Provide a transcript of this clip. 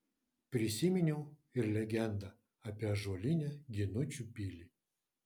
prisiminiau ir legendą apie ąžuolinę ginučių pilį